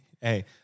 Hey